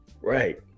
right